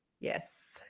Yes